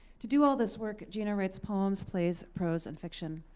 to do all this work, gina writes poems plays, prose, and fiction.